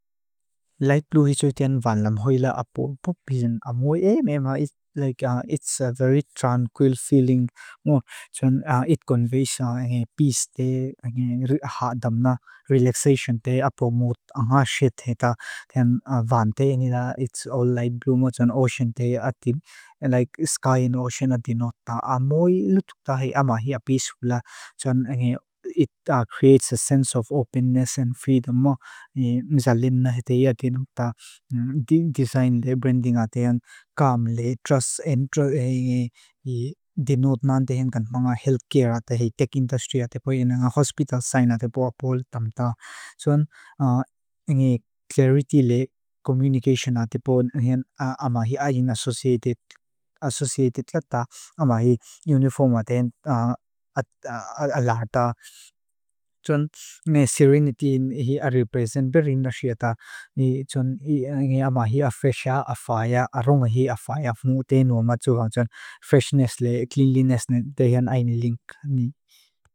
Light blue hi tsui tian vanlam hoila apo. Po pisen amoe e meama. It's a very tranquil feeling. It conveys peace te. Ahaadam na. Relaxation te. Apo mut ahaa shit heita. Tian van te inila. It's all light blue mo. Ocean te ati. Sky and ocean ati nota. Amoe lutuk ta hei ama hea. Peaceful la. It creates a sense of openness and freedom mo. Misalin na hita hi aki nota. Design le branding ati yan. Calm le. Trust and trust. Denote na hindi hinkan mga health care ati hei. Tech industry ati po. Hospital sign ati po. Apo lutam ta. Soan. Ingi clarity le. Communication ati po. Ama hea. Associated. Associated lata. Ama hea. Uniform ati. At alerta. Soan. Serenity hea. Represent. Berina shita. Ni. Soan hea. Ama hea. Fresh hea. A fire. A runga hea. A fire. Mo. Te nuoma. Soan. Freshness le. Cleanliness ne. Te hean aini link. Ni. Soan.